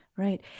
Right